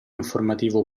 informativo